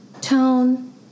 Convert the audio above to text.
tone